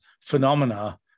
phenomena